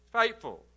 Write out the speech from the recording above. faithful